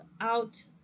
out